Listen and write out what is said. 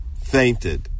fainted